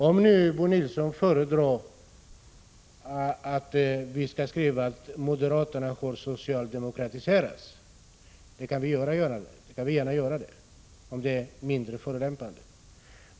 Om nu Bo Nilsson föredrar att vi skall säga att moderaterna har socialdemokratiserats, kan vi gärna göra det, om det nu är mindre förolämpande.